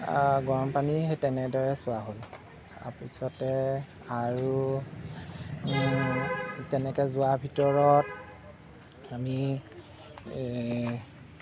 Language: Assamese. গৰমপানী সেই তেনেদৰে চোৱা হ'ল তাৰপিছতে আৰু তেনেকৈ যোৱাৰ ভিতৰত আমি